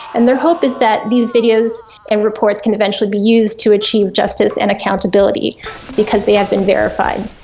and their hope is that these videos and reports can eventually be used to achieve justice and accountability because they have been verified.